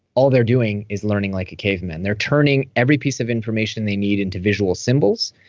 all they're doing is learning like a caveman. they're turning every piece of information they need individual symbols,